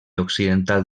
occidental